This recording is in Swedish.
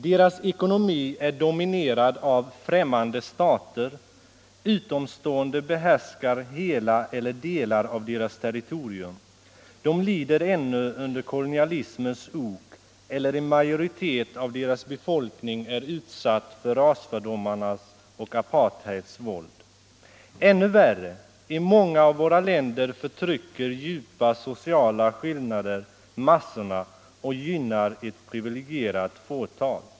Deras ekonomi är dominerad av främmande stater, utomstående behärskar hela eller delar av deras territorium, de lider ännu under kolonialismens ok, eller en majoritet av deras befolkning är utsatt för rasfördomarnas och apartheids våld. Ännu värre, i många av våra länder förtrycker djupa sociala skillnader massorna och gynnar ett privilegierat fåtal.